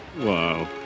Wow